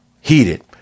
heated